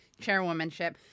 chairwomanship